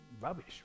rubbish